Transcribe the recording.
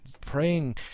praying